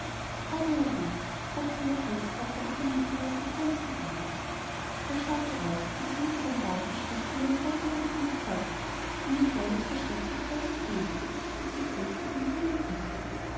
trotz seiner pelzkappe hat der nikolaus die feinsten ohren er schaute auf und sah hinter dem baum ein stück von einem roten röckchen hervorgucken und ein kleines vor schreck fast weißes näschen das sich ängstlich in die rinde drückte